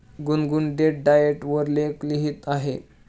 गुनगुन date diet वर लेख लिहित आहे